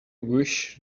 wish